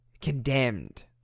condemned